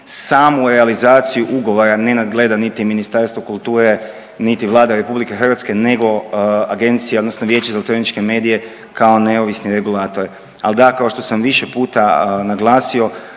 samu realizaciju ugovora ne nadgleda niti Ministarstvo kulture, niti Vlada RH nego Agencija odnosno Vijeće za elektronične medije kao neovisni regulator. Al da kao što sam više puta naglasio